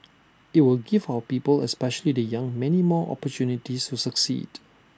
IT will give our people especially the young many more opportunities to succeed